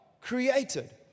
created